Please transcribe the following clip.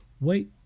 wait